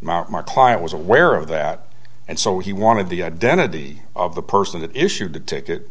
my client was aware of that and so he wanted the identity of the person that issued the ticket